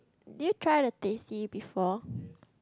did you try the teh C before